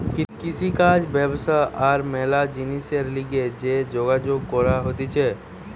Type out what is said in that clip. কৃষিকাজ ব্যবসা আর ম্যালা জিনিসের লিগে যে যোগাযোগ করা হতিছে